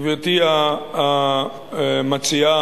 גברתי המציעה,